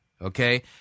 Okay